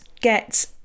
get